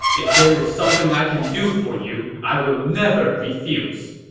if there's something i can do for you, i will never refuse.